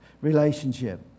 relationship